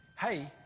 hey